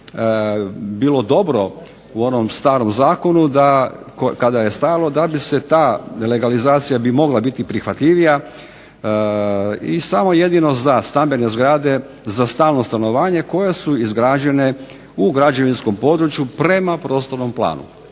bilo dobro u onom starom zakonu, da kada je stajalo da bi se ta legalizacija bi mogla biti prihvatljivija i samo i jedino za stambene zgrade za stalno stanovanje koje su izgrađene u građevinskom području prema prostornom planu.